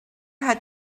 had